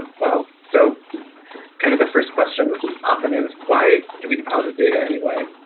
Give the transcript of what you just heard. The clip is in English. well so kind of the first question often is, why do we deposit data anyway?